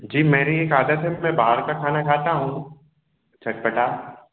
जी मेरी एक आदत है मैं बाहर का खाना खाता हूँ चटपटा